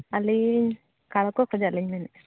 ᱟᱹᱞᱤᱧ ᱠᱟᱲᱠᱚ ᱠᱷᱚᱱᱟᱜ ᱞᱤᱧ ᱢᱮᱱᱮᱫᱟ